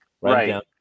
Right